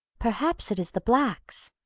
perhaps it is the blacks.